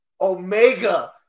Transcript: Omega